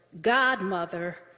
godmother